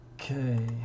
Okay